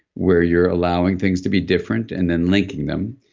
where you're allowing things to be different and then linking them.